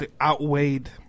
outweighed